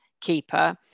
keeper